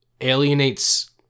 alienates